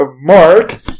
Mark